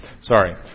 Sorry